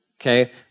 Okay